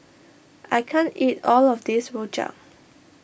I can't eat all of this Rojak